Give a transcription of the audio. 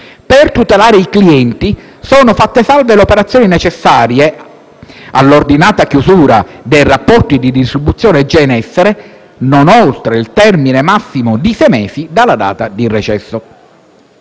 Per tutelare i clienti, sono fatte salve le operazioni necessarie all'ordinata chiusura dei rapporti di distribuzione già in essere, non oltre il termine massimo di sei mesi dalla data di recesso.